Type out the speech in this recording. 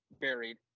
buried